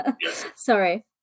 Sorry